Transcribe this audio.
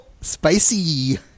Spicy